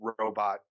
robot